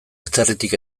atzerritik